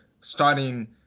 starting